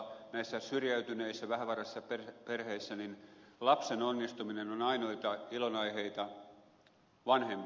näissä syrjäytyneissä vähävaraisissa perheissä lapsen onnistuminen on ainoita ilonaiheita vanhemmille